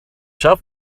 shop